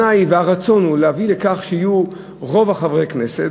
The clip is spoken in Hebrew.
היא והרצון הוא להביא לכך שיהיו רוב חברי הכנסת,